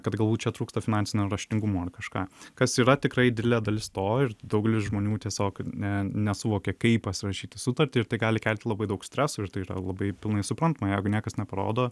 kad galbūt čia trūksta finansinio raštingumo ar kažką kas yra tikrai didelė dalis to ir daugelis žmonių tiesiog ne nesuvokia kaip pasirašyti sutartį ir tai gali kelti labai daug streso ir tai yra labai pilnai suprantama jog niekas neparodo